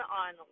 on